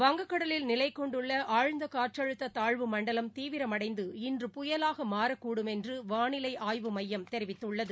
வங்கக்கடலில் நிலைகொண்டுள்ள ஆழ்ந்தகாற்றழுத்ததாழ்வு மண்டலம் தீவிரமடைந்து இன்று புயலாகமாறக்கூடும் என்றுவானிலைஆய்வு மையம் தெரிவித்துள்ளது